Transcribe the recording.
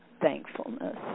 thankfulness